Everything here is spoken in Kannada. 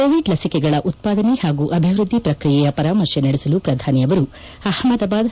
ಕೋವಿಡ್ ಲಸಿಕೆಗಳ ಉತ್ಪಾದನೆ ಹಾಗೂ ಅಭಿವೃದ್ಧಿ ಪ್ರಕ್ರಿಯೆಯ ಪರಾಮರ್ತೆ ನಡೆಸಲು ಪ್ರಧಾನಿ ಅವರು ಅಪಮದಾಬಾದ್